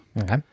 okay